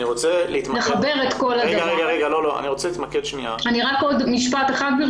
רק עוד משפט אחד,